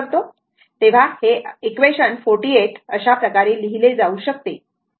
तर हे असे इक्वेशन 48 अशा प्रकारे लिहिले जाऊ शकते